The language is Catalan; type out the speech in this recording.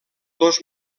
dos